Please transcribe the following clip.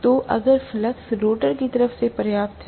तो अगर flux rotor की तरफ से पर्याप्त है